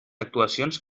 actuacions